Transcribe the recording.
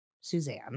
Suzanne